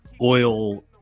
oil